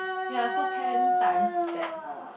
ya so ten times that